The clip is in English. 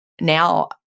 Now